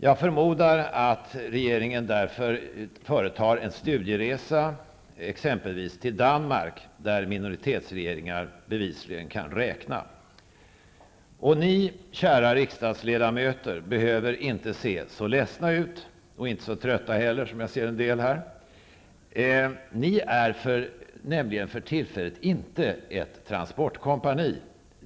Jag förmodar att regeringen därför företar en studieresa exempelvis till Danmark, där minoritetsregeringar bevisligen kan räkna. Och ni, kära riksdagsledamöter, behöver inte se så ledsna ut -- och inte så trötta heller som en del gör här. Ni är för tillfället inte ett transportkompani.